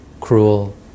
cruel